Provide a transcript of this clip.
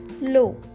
low